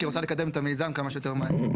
כי היא רוצה לקדם את המיזם כמה שיותר מהר.